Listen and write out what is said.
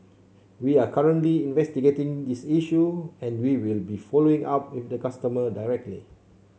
we are currently investigating this issue and we will be following up with the customer directly